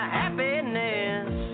happiness